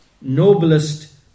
noblest